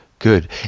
Good